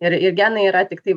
ir ir genai yra tiktai